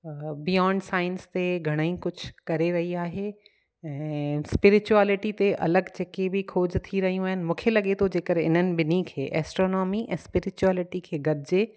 beyond science ते घणेई कुझु करे रही आहे ऐं स्प्रिचुएलिटी ते अलॻि जेकी बि ख़ोज थी रहियूं आहिनि मूंखे लॻे थो जेकरे इन्हनि ॿिन्हिनि खे एस्ट्रोनॉमी ऐं स्प्रिचुएलिटी खे गॾिजे